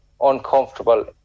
uncomfortable